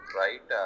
right